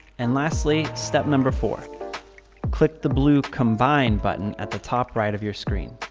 and lastly, step number four click the blue combine button at the top right of your screen.